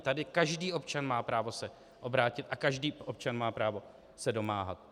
Tady každý občan má právo se obrátit a každý občan má právo se domáhat.